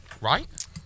right